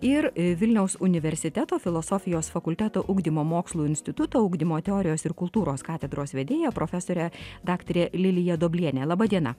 ir vilniaus universiteto filosofijos fakulteto ugdymo mokslų instituto ugdymo teorijos ir kultūros katedros vedėja profesore daktare lilija duobliene laba diena